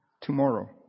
Tomorrow